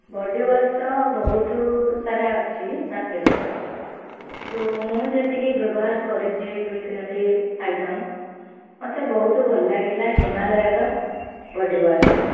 body wash ତ ବହୁତସାରା ଅଛି ମାର୍କେଟ୍ରେ କିନ୍ତୁ ମୁଁ ଯେତିକି ବ୍ୟବହାର କରିଛି ଦୁଇ ତିନୋଟି ଆଇଟମ୍ ମୋତେ ବହୁତ ଭଲ ଲାଗିଲା ହିମାଲୟର ବଡ଼ିୱାଶ୍ଟା